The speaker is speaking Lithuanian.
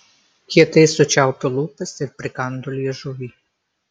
kietai sučiaupiu lūpas ir prikandu liežuvį